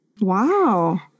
Wow